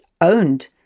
owned